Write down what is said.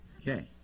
Okay